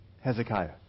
Hezekiah